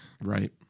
Right